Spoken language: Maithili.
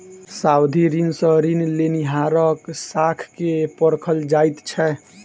सावधि ऋण सॅ ऋण लेनिहारक साख के परखल जाइत छै